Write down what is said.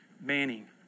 Manning